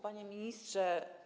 Panie Ministrze!